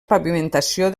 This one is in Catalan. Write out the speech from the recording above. pavimentació